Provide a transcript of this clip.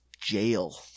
jail